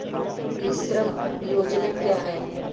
ई श्रम योजना क्या है?